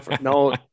No